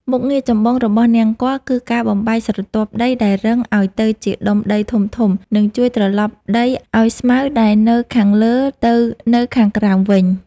មុខងារចម្បងរបស់នង្គ័លគឺការបំបែកស្រទាប់ដីដែលរឹងឱ្យទៅជាដុំដីធំៗ និងជួយត្រឡប់ដីឱ្យស្មៅដែលនៅខាងលើទៅនៅខាងក្រោមវិញ។